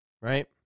right